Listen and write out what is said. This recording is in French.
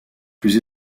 plus